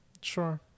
Sure